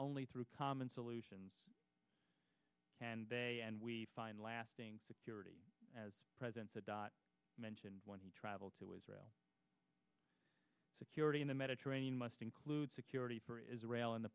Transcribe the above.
only through common solutions and they and we find lasting security as president sadat mentioned when he traveled to israel security in the mediterranean must include security for israel and the